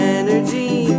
energy